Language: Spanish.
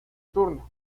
turno